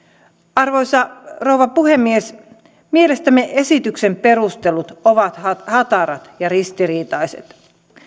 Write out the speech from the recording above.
arvoisa rouva puhemies mielestämme esityksen perustelut ovat hatarat hatarat ja ristiriitaiset